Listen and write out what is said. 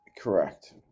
Correct